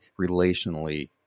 relationally